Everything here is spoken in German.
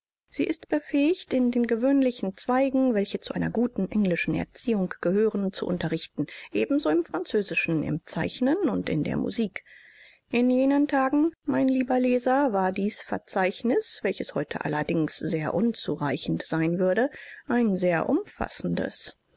sie ist befähigt in den gewöhnlichen zweigen welche zu einer guten englischen erziehung gehören zu unterrichten ebenso im französischen im zeichnen und in der musik in jenen tagen mein lieber leser war dies verzeichnis welches heute allerdings sehr unzureichend sein würde ein sehr umfassendes